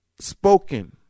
spoken